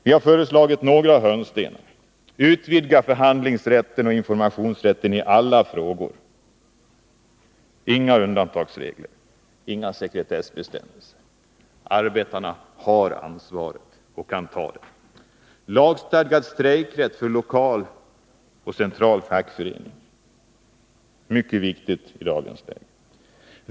Vi har föreslagit några hörnstenar: Utvidgad förhandlingsrätt och informationsrätt i alla frågor. Inga undantagsregler. Inga sekretessbestämmelser. Arbetarna skall ha ansvar och kan ta det. Lagstadgad strejkrätt för lokal och central fackförening — det är mycket viktigt i dagens läge.